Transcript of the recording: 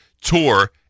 tour